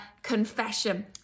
confession